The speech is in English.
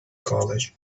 college